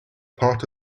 part